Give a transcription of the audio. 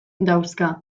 dauzka